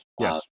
yes